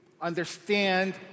understand